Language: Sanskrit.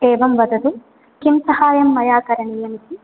एवं वदतु किं सहायं मया करणीयमिति